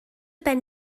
ben